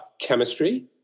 chemistry